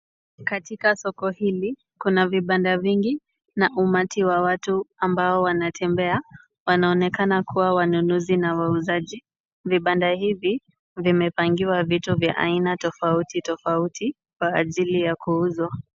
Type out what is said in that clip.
Katika soko hili kuna vibanda vingi na umati wa watu ambao wanatembea. Wanaonekana kuwa wanunuzi na wauzaji. Vibanda hivi vimepangiwa vitu vya aina tofauti tofauti kwa ajili ya kuuzwa.